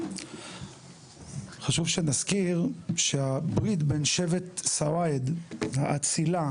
חשוב שנזכיר שהברית בין שבט סואעד האצילה,